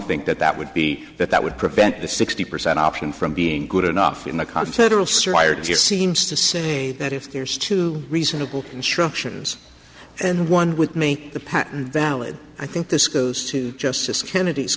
think that that would be that that would prevent the sixty percent option from being good enough in the continental surveyor just seems to say that if there's two reasonable constructions and one with me the patent valid i think this goes to justice kennedy